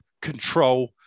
control